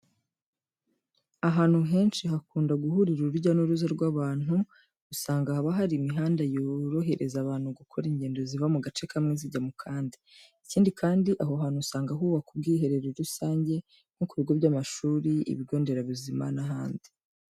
Ahantu henshi hakunda guhurira urujya n'uruza rw'abantu usanga haba hari imihanda yorohereza abantu gukora ingendo ziva mu gace kamwe zijya mu kandi. Ikindi kandi, aho hantu usanga hubakwa ubwiherero rusange nko ku bigo by'amashuri, ibigo nderabuzima n'ahandi.